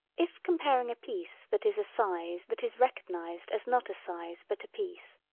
if comparing a piece that is a size that is recognised as not a size but a piece,